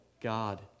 God